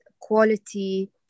quality